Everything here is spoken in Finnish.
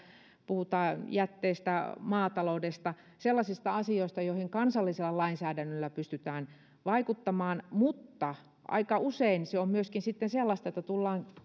puhutaan jätteistä maataloudesta sellaisista asioista joihin kansallisella lainsäädännöllä pystytään vaikuttamaan mutta aika usein se on myöskin sitten sellaista että tullaan